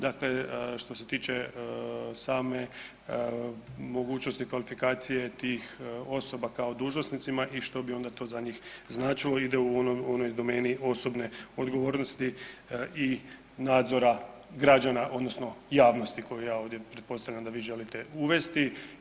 Dakle, što se tiče same mogućnosti kvalifikacije tih osoba kao dužnosnicima i što bi onda to za njih značilo ide u onoj domeni osobne odgovornosti i nadzora građana odnosno javnosti koju ja ovdje pretpostavljam da vi želite uvesti.